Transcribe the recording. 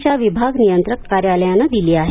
च्या विभाग नियंत्रक कार्यालयानं दिली आहे